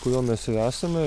kurio mes ir esame